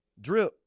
Drip